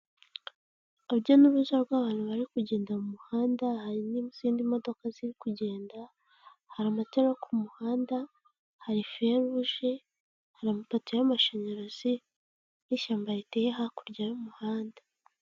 Urujya n'uruza rw'abantu bari kugenda mu muhanda, hari n'izindi modoka ziri kugenda, hari amatara yo ku muhanda, hari feruje, hari amapoto y'amashanyarazi n'ishyamba riteye hakurya y'umuhanda.